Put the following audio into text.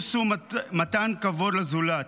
נימוס הוא מתן כבוד לזולת,